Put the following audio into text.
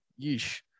yeesh